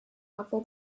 novel